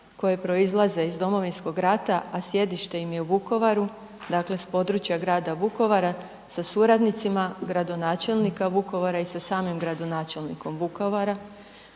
koje proizlaze iz Domovinskog rata, a sjedište im je u Vukovaru, dakle s područja grada Vukovara, sa suradnicima gradonačelnika Vukovara i sa samim gradonačelnikom Vukovara.